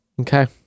Okay